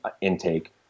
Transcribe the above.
intake